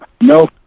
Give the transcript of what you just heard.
no